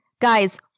Guys